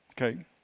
Okay